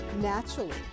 naturally